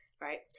Right